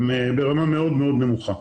הם ברמה מאוד מאוד נמוכה.